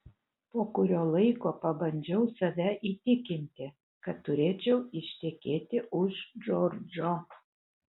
po kurio laiko pabandžiau save įtikinti kad turėčiau ištekėti už džordžo